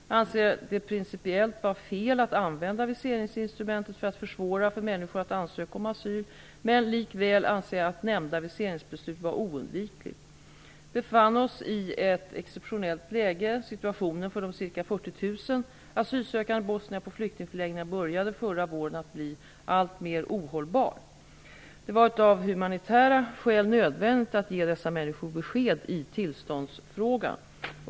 Jag anser det principiellt vara fel att använda viseringsinstrumentet för att försvåra för människor att ansöka om asyl, men likväl anser jag att nämnda viseringsbeslut var oundvikligt. Vi befann oss i ett exceptionellt läge. Situationen för de ca 40 000 asylsökande bosnierna på flyktingförläggningarna började förra våren att bli alltmer ohållbar. Det var av humanitära skäl nödvändigt att ge dessa människor besked i tillståndsfrågan.